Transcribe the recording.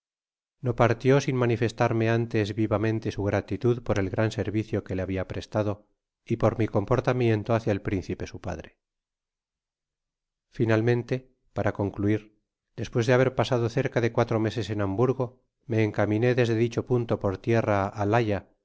so partió sin manifestarme antes vivamente su gratitad por el gran servicio que le habia prestado y por mi eomporí tamiento bácia el principe su padre finalmente para concluir despues de haber pasado cerca de cuatro meses en hamburgo me encaminé desde dicho punto por tierra al